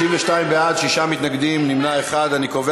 אם, צער בעלי-חיים, מה קורה, מירב?